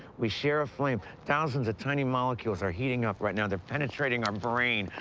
we share a flame. thousands of tiny molecules are heating up right now. they're penetrating our brain.